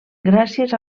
gràcies